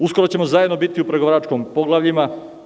Uskoro ćemo zajedno biti u pregovaračkim poglavljima.